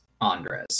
Andres